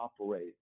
operate